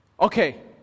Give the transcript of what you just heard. Okay